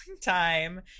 time